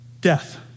death